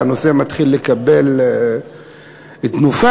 והנושא מתחיל לקבל תנופה.